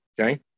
Okay